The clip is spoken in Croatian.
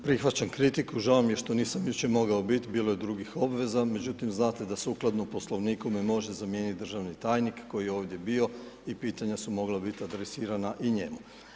Prihvaćam kritiku, žao mi je što nisam jučer mogao biti, bilo je drugih obveza, međutim znate da sukladno Poslovniku me može zamijeniti državni tajnik koji je ovdje bio i pitanja su mogla biti adresirana i njemu.